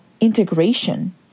integration